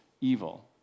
evil